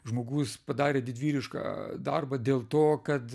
žmogus padarė didvyrišką darbą dėl to kad